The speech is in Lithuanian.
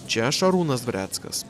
čia šarūnas dvareckas